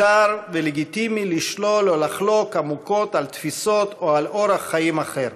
מותר ולגיטימי לשלול או לחלוק עמוקות על תפיסות או על אורח חיים אחר,